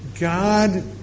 God